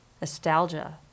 nostalgia